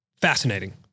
Fascinating